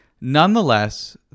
Nonetheless